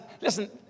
listen